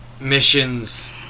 missions